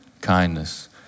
kindness